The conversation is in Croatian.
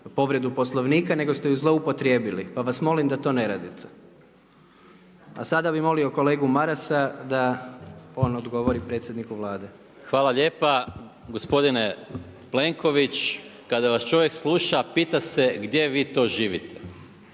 povredu Poslovnika, nego ste ju zloupotrijebili, pa vas molim da to ne radite. A sada bi molio kolegu Marasa da on odgovori predsjedniku Vlade. **Maras, Gordan (SDP)** Hvala lijepa. Gospodine Plenković, kada vas čovjek sluša, pita se gdje vi to živite.